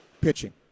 Pitching